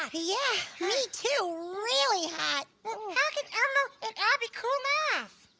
ah yeah me too. really hot. how can elmo and abby cool ah off?